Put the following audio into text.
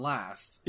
Last